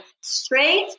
straight